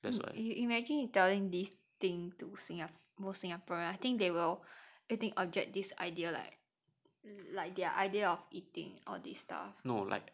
if you imagine you telling this thing to singa~ most singaporean I think they will object this idea like like their idea of eating all this stuff